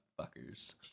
fuckers